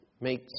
Make